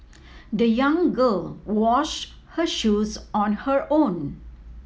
the young girl washed her shoes on her own